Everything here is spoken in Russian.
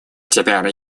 теперь